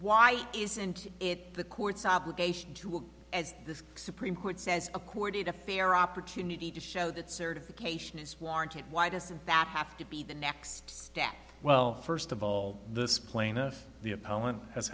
why isn't it the court's obligation to look as the supreme court says accorded a fair opportunity to show that certification is warranted why does that have to be the next step well first of all this plaintiff the opponent has